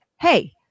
hey